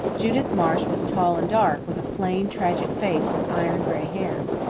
judith marsh was tall and dark, with a plain, tragic face and iron-gray hair.